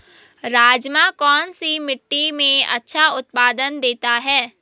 राजमा कौन सी मिट्टी में अच्छा उत्पादन देता है?